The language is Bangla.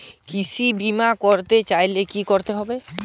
কৃষি বিমা করতে চাইলে কি করতে হবে?